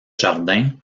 jardin